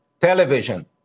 television